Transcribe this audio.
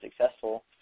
successful